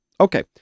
Okay